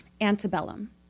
Antebellum